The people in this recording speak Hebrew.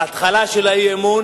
ההתחלה של האי-אמון